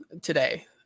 today